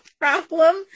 problem